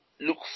look